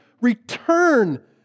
return